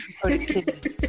productivity